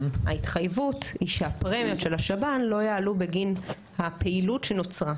ההתחייבות היא שהפרמיות של השב"ן לא יעלו בגין הפעילות שנוצרה.